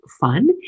fun